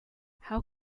how